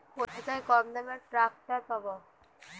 কোথায় কমদামে ট্রাকটার পাব?